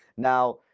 now,